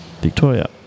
Victoria